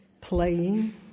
playing